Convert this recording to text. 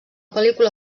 pel·lícula